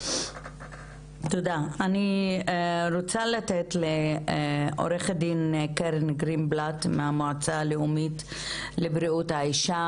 אני רוצה לתת לעו"ד קרן גרינבלט מהמועצה הלאומית לבריאות האישה.